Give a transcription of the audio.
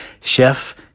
Chef